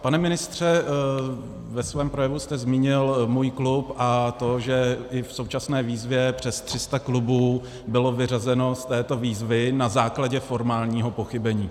Pane ministře, ve svém projevu jste zmínil Můj klub a to, že i v současné výzvě přes 300 klubů bylo vyřazeno z této výzvy na základě formálního pochybení.